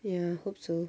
ya hope so